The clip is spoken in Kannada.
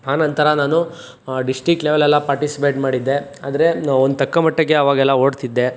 ಆನಂತರ ನಾನು ಡಿಸ್ಟ್ರಿಕ್ ಲೆವೆಲೆಲ್ಲ ಪಾರ್ಟಿಸಿಪೇಟ್ ಮಾಡಿದ್ದೆ ಆದರೆ ಒಂದು ತಕ್ಕಮಟ್ಟಿಗೆ ಆವಾಗೆಲ್ಲ ಓಡ್ತಿದ್ದೆ